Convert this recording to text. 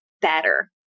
better